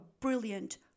brilliant